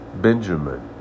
Benjamin